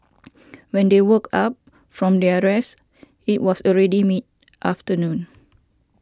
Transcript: when they woke up from their rest it was already mid afternoon